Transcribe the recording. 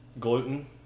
gluten